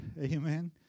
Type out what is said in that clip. amen